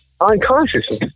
unconsciously